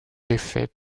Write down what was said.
défaits